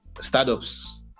startups